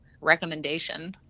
recommendation